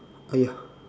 uh ya